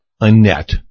Annette